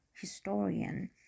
historian